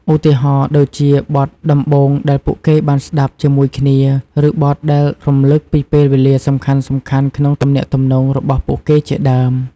ឧទាហរណ៍ ដូចជាបទដំបូងដែលពួកគេបានស្តាប់ជាមួយគ្នា ឬបទដែលរំឭកពីពេលវេលាសំខាន់ៗក្នុងទំនាក់ទំនងរបស់ពួកគេជាដើម។